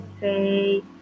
say